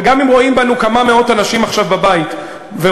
וגם אם צופים בנו כמה מאות אנשים עכשיו בבית ורואים,